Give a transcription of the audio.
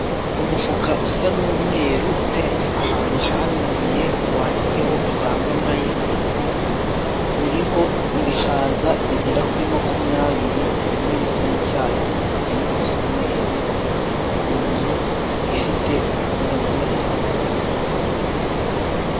Umufuka usa n'umweru uteretse ahantu handuye wanditseho Ibanga Mayizi Po, uriho ibihaza bigera kuri makumyabiri bimwe bisa n'icyatsi, ibindi bisa umweru, ku nzu ifite umugore.